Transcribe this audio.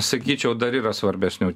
sakyčiau dar yra svarbesnių